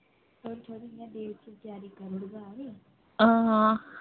हां